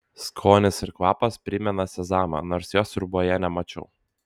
skonis ir kvapas primena sezamą nors jo sriuboje nemačiau